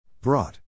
Brought